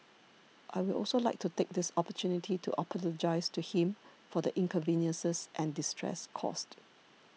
I will also like to take this opportunity to apologise to him for the inconveniences and distress caused